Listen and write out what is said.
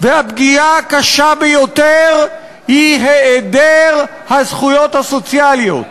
והפגיעה הקשה ביותר היא היעדר הזכויות הסוציאליות.